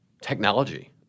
Technology